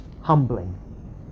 humbling